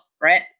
right